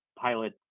pilot